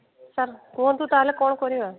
sir କୁହନ୍ତୁ ତାହାଲେ କ'ଣ କରିବା